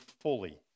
fully